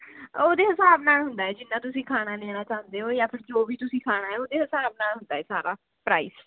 ਉਹਦੇ ਹਿਸਾਬ ਨਾਲ ਹੁੰਦਾ ਹੈ ਜਿੰਨਾ ਤੁਸੀਂ ਖਾਣਾ ਲੈਣਾ ਚਾਹੁੰਦੇ ਹੋ ਜਾਂ ਫਿਰ ਜੋ ਵੀ ਤੁਸੀਂ ਖਾਣਾ ਹੈ ਉਹਦੇ ਹਿਸਾਬ ਨਾਲ ਹੁੰਦਾ ਹੈ ਸਾਰਾ ਪ੍ਰਾਈਜ਼